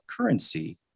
currency